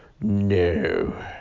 no